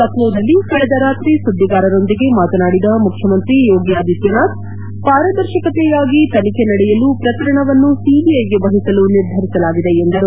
ಲಖ್ಯೋದಲ್ಲಿ ಕಳೆದ ರಾತ್ರಿ ಸುಧ್ಲಿಗಾರರೊಂದಿಗೆ ಮಾತನಾಡಿದ ಮುಖ್ಲಮಂತ್ರಿ ಯೋಗಿ ಆದಿತ್ತನಾಥ್ ಪಾರದರ್ಶಕತೆಯಾಗಿ ತನಿಖೆ ನಡೆಯಲು ಪ್ರಕರಣವನ್ನು ಸಿಜಿಐಗೆ ವಹಿಸಲು ನಿರ್ಧರಿಸಲಾಗಿದೆ ಎಂದರು